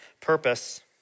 purpose